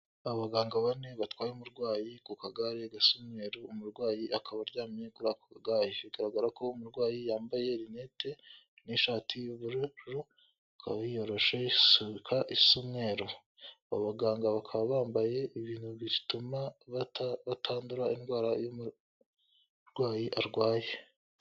Abaganga bane batwaye umurwayi ku kagare gasa umweru umurwayi akaba aryamye kuri ako kagare, bigaragara ko umurwayi yambaye rinete, n'ishati y'ubururu akaba yiyoroshye ishuka isa umweru. Aba baganga bakaba bambaye ibintu bituma bata batandura indwara y'umurwayi arwaye.